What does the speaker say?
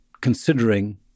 considering